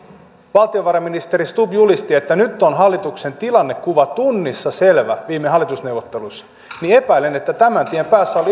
valtiovarainministeri stubb julisti että nyt on hallituksen tilannekuva tunnissa selvä viime hallitusneuvotteluissa niin epäilen että tämän tien päässä ovat